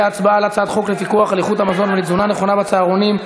להצבעה על הצעת חוק לפיקוח על איכות המזון ולתזונה נכונה בצהרונים,